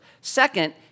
Second